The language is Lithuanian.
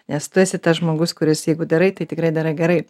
nes tu esi tas žmogus kuris jeigu darai tai tikrai darai gerai